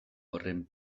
horren